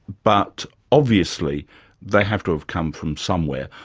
but obviously they have to have come from somewhere,